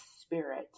spirit